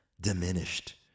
diminished